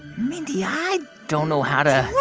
mindy, i don't know how to.